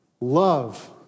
Love